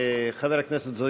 אחמד טיבי, מיקי רוזנטל ועיסאווי